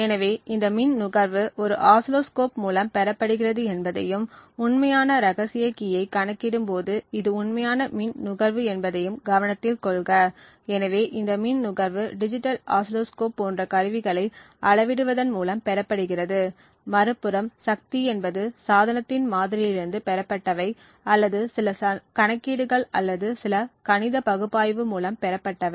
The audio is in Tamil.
எனவே இந்த மின் நுகர்வு ஒரு ஆசிலோஸ்கோப் மூலம் பெறப்படுகிறது என்பதையும் உண்மையான இரகசிய கீயை கணக்கிடும்போது இது உண்மையான மின் நுகர்வு என்பதையும் கவனத்தில் கொள்க எனவே இந்த மின் நுகர்வு டிஜிட்டல் ஆசிலோஸ்கோப் போன்ற கருவிகளை அளவிடுவதன் மூலம் பெறப்படுகிறது மறுபுறம் சக்தி என்பது சாதனத்தின் மாதிரியிலிருந்து பெறப்பட்டவை அல்லது சில கணக்கீடுகள் அல்லது சில கணித பகுப்பாய்வு மூலம் பெறப்பட்டவை